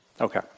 Okay